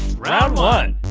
round one!